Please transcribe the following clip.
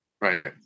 right